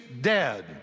dead